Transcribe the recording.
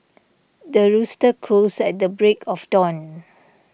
the rooster crows at the break of dawn